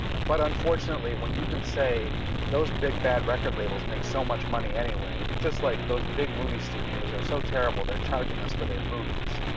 but unfortunately when you can say those big bad record labels make so much money anyway, just like those big movie studios are so terrible, they're charging us for their movies.